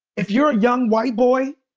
if you're a young white boy